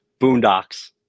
Boondocks